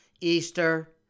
Easter